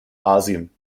asien